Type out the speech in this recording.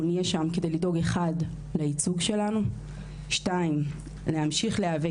אנחנו נהיה שם כדי לדאוג לייצוג שלנו; 2) להמשיך להיאבק